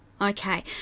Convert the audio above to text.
okay